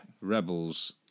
rebels